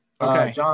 Okay